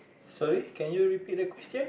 sorry can you repeat the question